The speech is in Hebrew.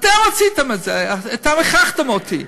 אתם רציתם את זה, אתם הכרחתם אותי.